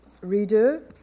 reader